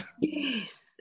Yes